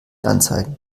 anzeigen